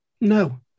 No